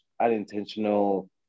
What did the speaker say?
unintentional